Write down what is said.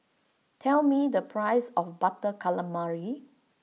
tell me the price of Butter Calamari